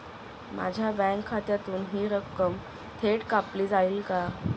माझ्या बँक खात्यातून हि रक्कम थेट कापली जाईल का?